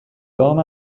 دام